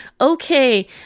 Okay